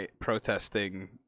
protesting